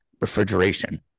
refrigeration